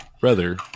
brother